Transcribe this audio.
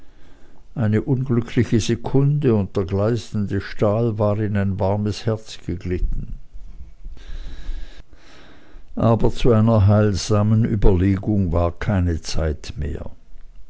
eine unglückliche sekunde und der gleißende stahl war in ein warmes herz geglitten aber zu einer heilsamen überlegung war keine zeit mehr